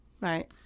right